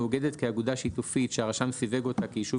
המאוגדת כאגודה שיתופית שהרשם סיווג אותה כיישוב